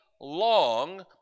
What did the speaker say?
long